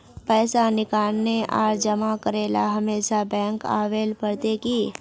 पैसा निकाले आर जमा करेला हमेशा बैंक आबेल पड़ते की?